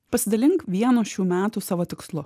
pasidalink vienu šių metų savo tikslu